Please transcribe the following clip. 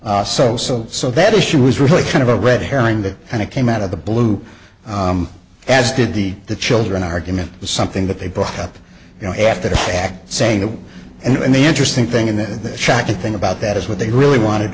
so so so that issue was really kind of a red herring that kind of came out of the blue as did the the children argument to something that they brought up you know after the fact saying that and the interesting thing in that shocking thing about that is what they really wanted